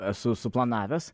esu suplanavęs